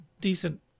decent